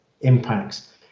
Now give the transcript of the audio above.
impacts